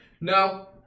No